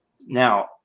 Now